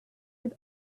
with